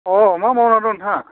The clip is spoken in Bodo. अ मा मावनानै दं नोंथाङा